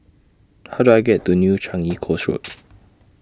How Do I get to New Changi Coast Road